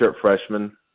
freshman